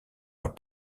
leurs